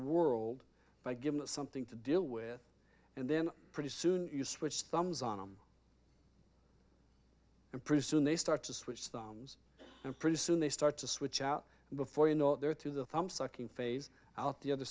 world by giving it something to deal with and then pretty soon you switch thumbs on them and pretty soon they start to switch thumbs and pretty soon they start to switch out and before you know it they're through the thumb sucking phase out the other